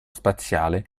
spaziale